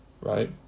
right